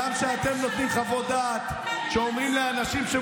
רק עליך אנחנו